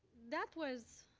that was